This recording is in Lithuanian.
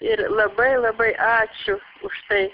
ir labai labai ačiū už tai